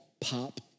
pop